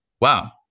wow